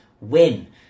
win